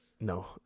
No